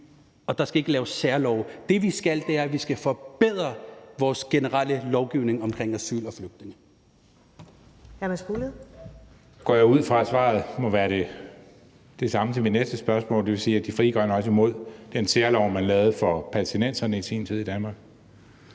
at der ikke skal laves særlove. Det, vi skal, er, at vi skal forbedre vores generelle lovgivning omkring asyl og flygtninge.